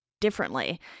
differently